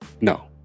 no